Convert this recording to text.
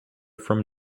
from